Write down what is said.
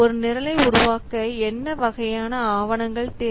ஒரு நிரலை உருவாக்க என்ன வகையான ஆவணங்கள் தேவை